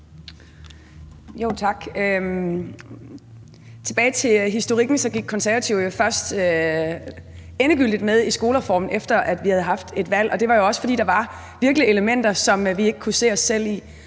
komme tilbage til historikken vil jeg sige, at Konservative først endegyldigt gik med i skolereformen, efter at vi havde haft et valg, og det var jo også, fordi der virkelig var elementer, som vi ikke kunne se os selv i.